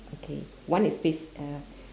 okay one is face uh